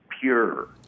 pure